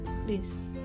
Please